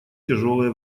тяжелое